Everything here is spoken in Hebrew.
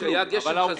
כשהיה גשם חזק,